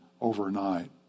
Overnight